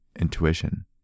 intuition